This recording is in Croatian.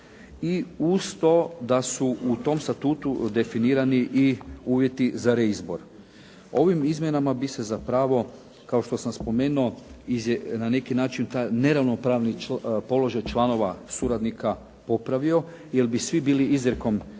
i uz to da su u tom Statutu definirani i uvjeti za reizbor. Ovim izmjenama bi se zapravo kao što sam spomenuo na neki način taj neravnopravni položaj članova suradnika popravio jer bi svi bili izrijekom navedeni